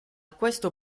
questo